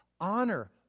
Honor